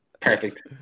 Perfect